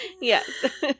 Yes